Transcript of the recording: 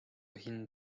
hind